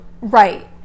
Right